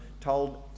told